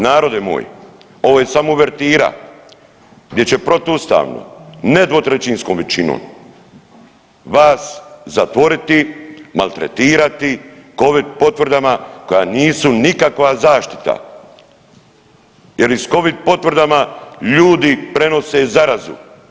Narode moj, ovo je samo uvertira gdje će protuustavno, ne dvotrećinskom većinom vas zatvoriti, maltretirati covid potvrdama koja nisu nikakva zaštita jer i s covid potvrdama ljudi prenose zarazu.